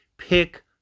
Pick